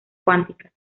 cuántica